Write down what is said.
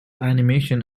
animation